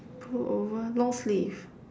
pullover long sleeve